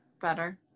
better